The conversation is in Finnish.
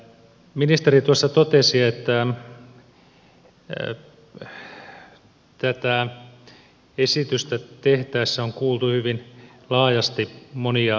ministeri tuossa totesi että tätä esitystä tehtäessä on kuultu hyvin laajasti monia asiantuntijatahoja